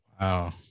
Wow